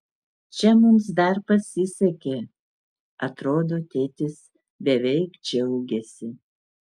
čia mums dar pasisekė atrodo tėtis beveik džiaugėsi